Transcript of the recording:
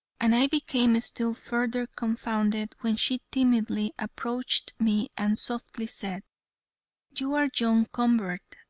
and i became still further confounded when she timidly approached me and softly said you are john convert,